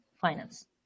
finance